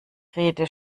rede